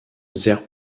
there